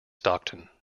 stockton